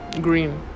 green